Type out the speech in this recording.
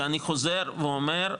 שאני חוזר ואומר,